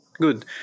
Good